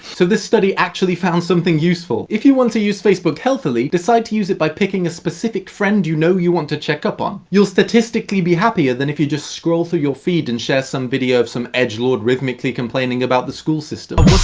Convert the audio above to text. so this study actually found something useful. if you want to use facebook healthily, decide to use it by picking a specific friend, you know you want to check up on. you'll statistically be happier, than if you just scroll through your feed, and share some video of some edgelord rhytmically complaining about the school system.